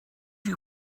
you